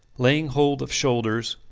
laying hold of shoulders,